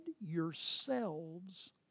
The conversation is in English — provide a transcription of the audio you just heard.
yourselves